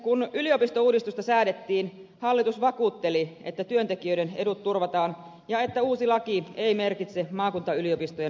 kun yliopistouudistusta säädettiin hallitus vakuutteli että työntekijöiden edut turvataan ja että uusi laki ei merkitse maakuntayliopistojen alasajoa